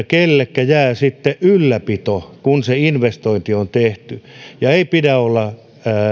kenellekä jää sitten ylläpito kun se investointi on tehty ja ei pidä olla